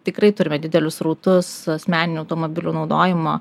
tikrai turime didelius srautus asmeninių automobilių naudojimo